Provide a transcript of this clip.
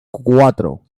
cuatro